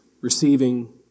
receiving